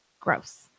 Gross